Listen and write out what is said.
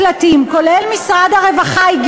משרד הרווחה צריך,